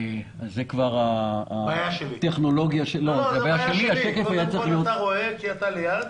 זה בעיה שלי, השקף היה צריך ברור יותר.